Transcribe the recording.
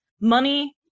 money